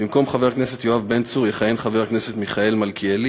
במקום חבר הכנסת יואב בן צור יכהן חבר הכנסת מיכאל מלכיאלי,